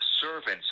servants